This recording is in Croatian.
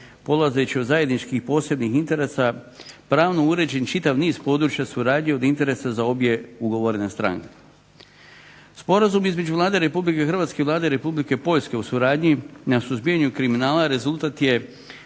polazeći od zajedničkih posebnih interesa, pravno uređen čitav niz područja suradnje od interesa za obje ugovorene strane. Sporazum između Vlade Republike Hrvatske i Vlade Republike Poljske o suradnji na suzbijanju kriminala rezultat je